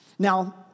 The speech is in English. Now